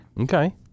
Okay